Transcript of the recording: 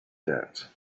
that